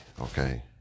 okay